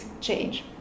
change